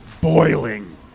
boiling